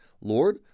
Lord